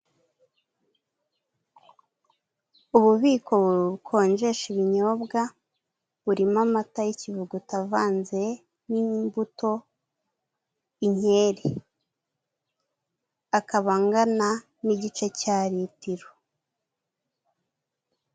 Ububiko bukonjesha ibinyobwa burimo amata y'ikivuguta avanze n'imbuto y'inkeri akaba angana n'igice cya litiro.